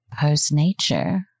post-nature